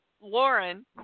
Lauren